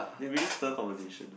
they really stir conversation